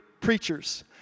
preachers